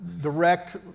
direct